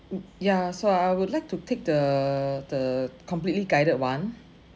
ya so I would like to take the the completely guided one